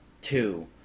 two